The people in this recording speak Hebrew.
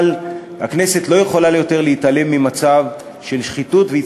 אבל הכנסת לא יכולה יותר להתעלם ממצב של שחיתות והיא